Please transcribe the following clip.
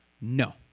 No